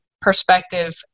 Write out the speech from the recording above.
perspective